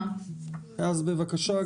בבקשה,